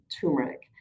turmeric